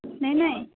नहि नहि